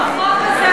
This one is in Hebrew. בחוק הזה,